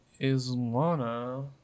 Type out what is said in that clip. Islana